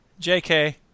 JK